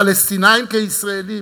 פלסטינים כישראלים,